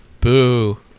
boo